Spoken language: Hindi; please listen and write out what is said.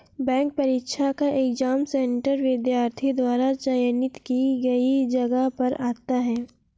बैंक परीक्षा का एग्जाम सेंटर विद्यार्थी द्वारा चयनित की गई जगह पर आता है